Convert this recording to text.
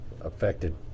affected